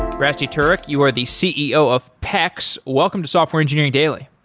rasty turek, you are the ceo of pex. welcome to software engineering daily.